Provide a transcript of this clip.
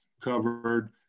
covered